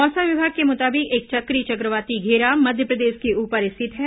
मौसम विभाग के मुताबिक एक चक्रीय चक्रवाती घेरा मध्यप्रदेश के ऊपर स्थित है